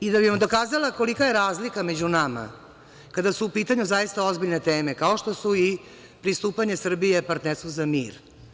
I, da bih vam dokazala kolika je razlika među nama, kada su u pitanju zaista ozbiljne teme, kao što su i pristupanje Srbije Partnerstvu za mir.